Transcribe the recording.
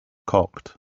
cocked